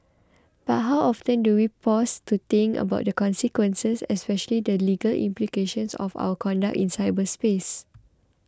but how often do we pause to think about the consequences especially the legal implications of our conduct in cyberspace